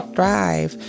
thrive